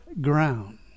ground